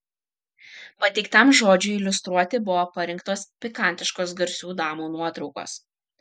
pateiktam žodžiui iliustruoti buvo parinktos pikantiškos garsių damų nuotraukos